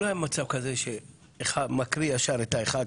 לא היה מצב כזה שמקריאים את הראשון,